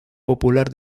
popular